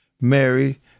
Mary